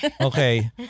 Okay